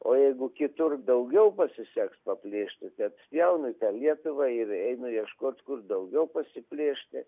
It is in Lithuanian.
o jeigu kitur daugiau pasiseks paplėšti tai apsjaunu tą lietuvą ir einu ieškot kur daugiau pasiplėšti